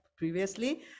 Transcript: Previously